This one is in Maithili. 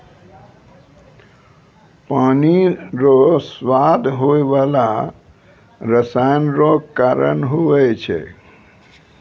पानी रो स्वाद होय बाला रसायन रो कारण हुवै छै